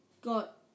got